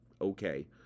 okay